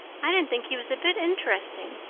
i didn't think he was a bit interesting.